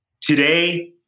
Today